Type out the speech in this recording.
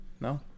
No